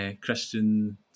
Christian